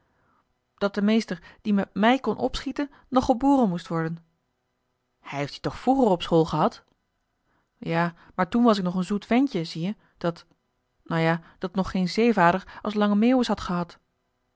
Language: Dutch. dat de meester die met mij kon opschieten nog geboren moest worden hij heeft je toch vroeger op school gehad ja maar toen was ik nog een zoet ventje zie-je dat nou ja dat nog geen zeevader als lange meeuwis had gehad